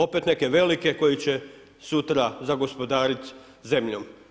Opet neke velike koji će sutra zagospodarit zemljom.